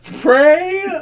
Pray